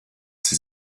sie